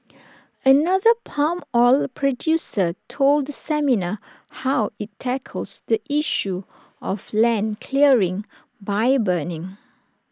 another palm oil producer told the seminar how IT tackles the issue of land clearing by burning